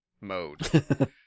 mode